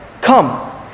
come